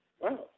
Wow